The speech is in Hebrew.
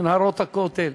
מנהרות הכותל,